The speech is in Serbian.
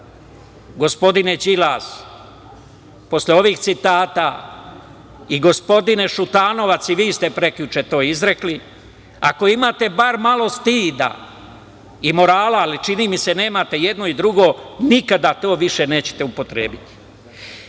gospodine Đilas, posle ovih citata i gospodine Šutanovac, i vi ste prekjuče to izrekli, ako imate bar malo stida i morala, ali čini mi se nemate jedno i drugo, nikada to više nećete upotrebiti. Džejms